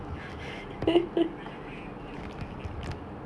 ya but then like when I play when I buy only after that I never play you know